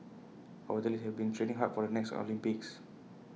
our athletes have been training hard for the next Olympics